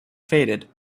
faded